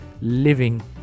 living